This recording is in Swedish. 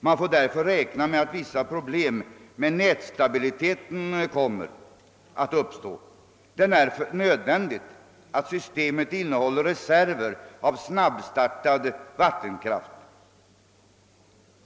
Man får därför räkna med att vissa problem med nätstabiliteten kommer att uppstå, och det är nödvän digt att systemet innehåller reserver av snabbstartad vattenkraft.